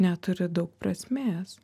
neturi daug prasmės